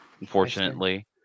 unfortunately